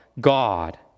God